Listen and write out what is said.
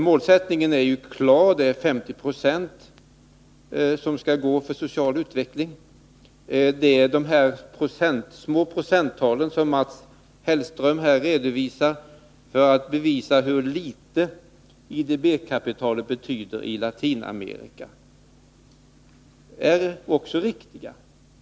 Målsättningen är klar: 50 90 skall gå till social utveckling. De små procenttal som Mats Hellström här redovisar, för att bevisa hur litet IDB-kapitalet betyder i Latinamerika, är också riktiga.